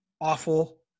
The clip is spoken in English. awful